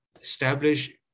establish